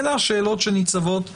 אלו השאלות שניצבות לפתחנו.